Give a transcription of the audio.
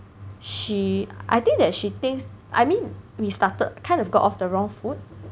she I think that she thinks I mean we started kind of got off the wrong foot